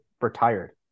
retired